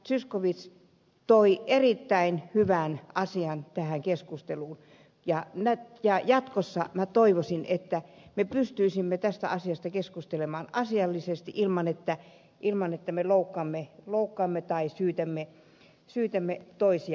zyskowicz toi erittäin hyvän asian tähän keskusteluun ja jatkossa minä toivoisin että me pystyisimme tästä asiasta keskustelemaan asiallisesti ilman että me loukkaamme tai syytämme toisiamme